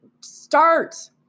start